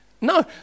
No